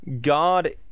God